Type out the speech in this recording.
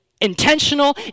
intentional